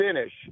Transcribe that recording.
finish